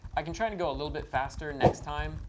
i can try to go a little bit faster next time.